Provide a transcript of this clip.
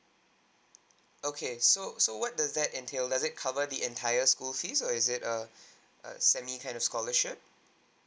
okay so so what does that entail does it cover the entire school fees or is it err a semi kind of scholarship